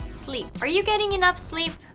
sleep. are you getting enough sleep?